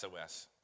SOS